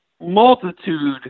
multitude